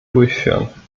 durchführen